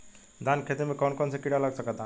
धान के खेती में कौन कौन से किड़ा लग सकता?